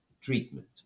treatment